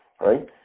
right